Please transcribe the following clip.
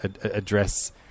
address